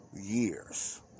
years